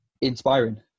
inspiring